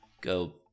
go